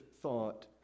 thought